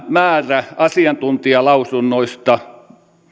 määrä asiantuntijalausunnoista